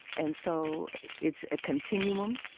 and so it's a continuum.